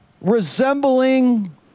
resembling